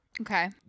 Okay